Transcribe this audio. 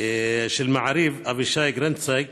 של מעריב אבישי גרינצייג